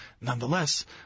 Nonetheless